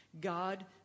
God